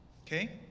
Okay